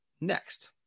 next